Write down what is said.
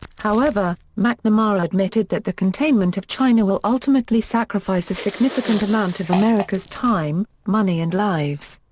however, mcnamara admitted that the containment of china will ultimately sacrifice a significant amount of america's time, money and lives.